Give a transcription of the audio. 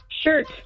Shirt